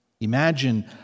Imagine